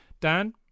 Dan